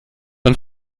man